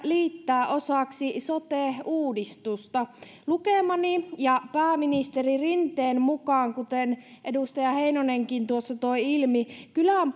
liittää osaksi sote uudistusta lukemani ja pääministeri rinteen mukaan kuten edustaja heinonenkin tuossa toi ilmi kylän